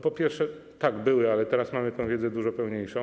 Po pierwsze, tak, były, ale teraz mamy tę wiedzę dużo pełniejszą.